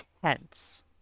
tense